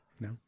no